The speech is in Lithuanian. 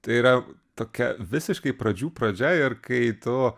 tai yra tokia visiškai pradžių pradžia ir kai tu